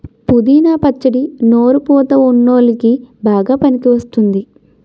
పుదీనా పచ్చడి నోరు పుతా వున్ల్లోకి బాగా పనికివస్తుంది